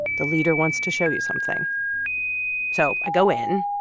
the leader wants to show you something so i go in.